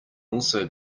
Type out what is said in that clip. also